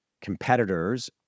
competitors